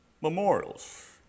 memorials